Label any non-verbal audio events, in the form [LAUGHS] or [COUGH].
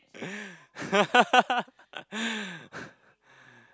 [LAUGHS]